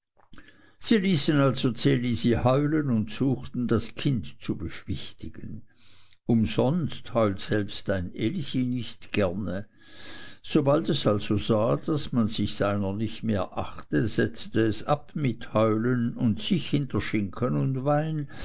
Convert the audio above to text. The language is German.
sie ließen also das elisi heulen und suchten das kind zu beschwichtigen umsonst heult selbst ein elisi nicht gerne sobald es also sah daß man seiner sich nicht mehr achte setzte es ab mit heulen und sich hinter schinken und wein